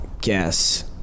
Guess